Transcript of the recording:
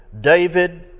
David